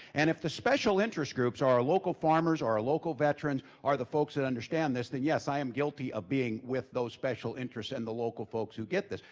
and if the special interest groups are our local farmers, or our local veterans, are the folks that understand this, then yes, i am guilty of being with those special interests and the local folks who get this.